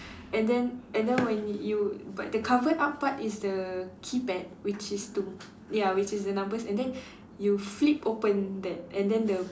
and then and then when you but the cover up part is the keypad which is to ya which is the numbers and then you flip open that and then the